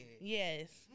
Yes